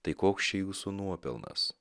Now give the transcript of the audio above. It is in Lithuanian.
tai koks čia jūsų nuopelnas